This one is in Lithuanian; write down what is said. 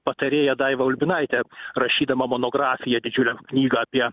patarėja daiva ulbinaitė rašydama monografiją didžiulę knygą apie